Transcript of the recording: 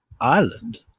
Ireland